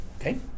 Okay